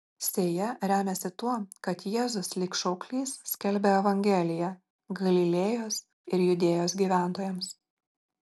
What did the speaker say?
sėja remiasi tuo kad jėzus lyg šauklys skelbia evangeliją galilėjos ir judėjos gyventojams